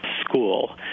school